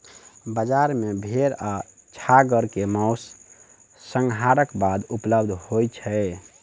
बजार मे भेड़ आ छागर के मौस, संहारक बाद उपलब्ध होय छै